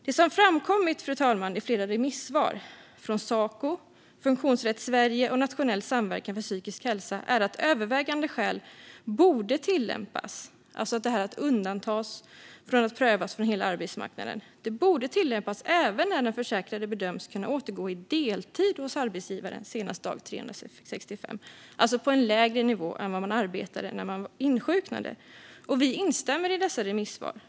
Det som, fru talman, framkommit i flera remissvar från Saco, Funktionsrätt Sverige och Nationell Samverkan för Psykisk Hälsa är att övervägande skäl borde tillämpas för att få undantas från att prövas mot hela arbetsmarknaden även när den försäkrade bedöms kunna återgå på deltid hos arbetsgivaren senast dag 365. Det skulle ske på en lägre nivå än när man arbetade när man insjuknade. Vi instämmer i dessa remissvar.